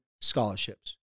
scholarships